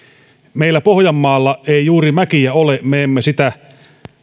meillä pohjanmaalla ei juuri mäkiä ole me emme sitä